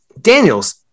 Daniels